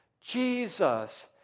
Jesus